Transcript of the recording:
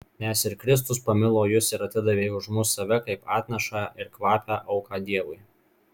nes ir kristus pamilo jus ir atidavė už mus save kaip atnašą ir kvapią auką dievui